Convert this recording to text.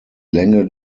länge